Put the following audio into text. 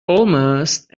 almost